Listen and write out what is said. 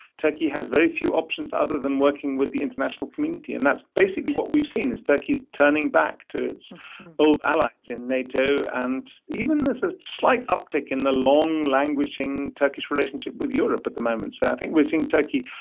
turkey has very few options other than working with the international community. and that's basically what we've seen, is turkey's turning back to its old allies in nato and even there's a slight uptick in the long languishing turkish relationship with europe at the moment. so i think we're seeing turkey,